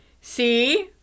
See